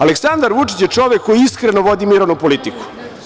Aleksandar Vučić je čovek koji iskreno vodi mirovnu politiku.